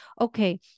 okay